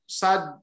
sad